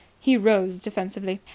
he rose defensively.